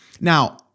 Now